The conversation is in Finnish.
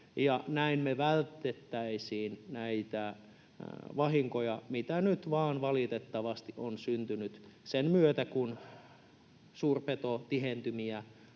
Näin me vältettäisiin näitä vahinkoja, mitä nyt vain valitettavasti on syntynyt sen myötä, kun suurpetotihentymiä